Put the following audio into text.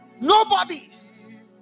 Nobody's